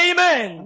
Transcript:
Amen